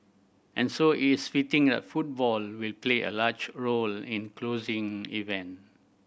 and so it is fitting that football will play a large role in closing event